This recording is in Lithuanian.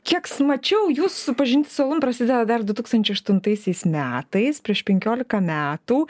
kieks mačiau jūsų pažintis su alum prasideda dar du tūkstančiai aštuntaisiais metais prieš penkiolika metų